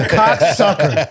cocksucker